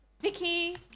Vicky